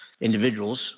individuals